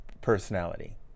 personality